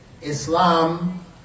Islam